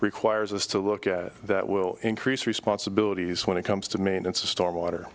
requires us to look at that will increase responsibilities when it comes to maintenance of stormwater